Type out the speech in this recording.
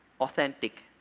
Authentic